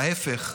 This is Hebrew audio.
ההפך.